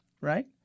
right